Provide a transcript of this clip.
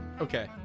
Okay